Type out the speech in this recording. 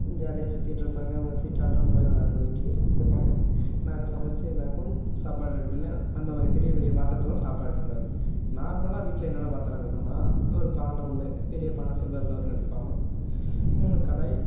ஜாலியாக சுற்றிட்ருப்பாங்க அவங்க சீட்டாட்டம் அந்த மாதிரி விளயாட்டு பண்ணிக்கிட்டு இருப்பாங்க நாங்கள் சமைத்து எல்லாேருக்கும் சாப்பாடு ரெடி பண்ணி அந்த மாதிரி பெரிய பெரிய பாத்திரத்தில் தான் சாப்பாடு ரெடி பண்ணுவாங்க நார்மலாக வீட்டில் என்னென்ன பாத்திரம் இருக்கும்னால் ஒரு பானை ஒன்று பெரிய பானை சில்வரில் ஒரு ரெண்டு பானை மூணு கடாய்